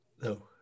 no